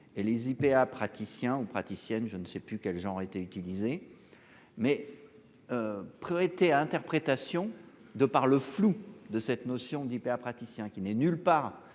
et les IPA praticiens aux praticienne. Je ne sais plus quel genre auraient été. Utilisé. Mais. Prêter à interprétation de par le flou de cette notion d'IPA praticien qui n'est nulle part